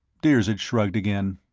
dirzed shrugged again.